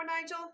Nigel